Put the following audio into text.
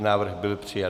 Návrh byl přijat.